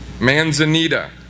Manzanita